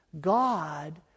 God